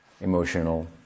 emotional